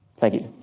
thank you.